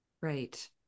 Right